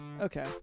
Okay